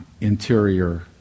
interior